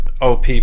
OP